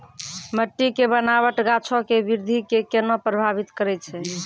मट्टी के बनावट गाछो के वृद्धि के केना प्रभावित करै छै?